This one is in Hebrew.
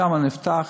שם נפתח,